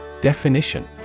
Definition